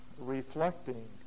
reflecting